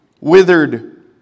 withered